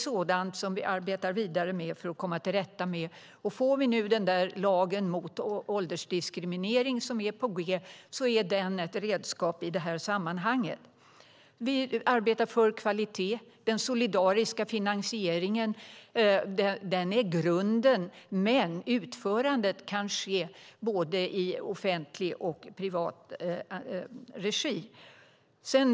Sådant arbetar vi vidare för att komma till rätta med, och får vi nu den lag mot åldersdiskriminering som är på gång är den ett redskap i det sammanhanget. Vi arbetar för kvalitet. Den solidariska finansieringen är grunden, men utförandet kan ske i både offentlig och privat regi.